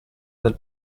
del